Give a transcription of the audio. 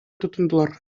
тотындылар